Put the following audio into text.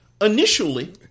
Initially